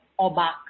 obak